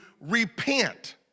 repent